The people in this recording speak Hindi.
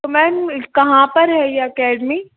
तो मेम कहाँ पर है ये अकेडमी